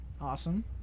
Awesome